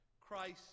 Christ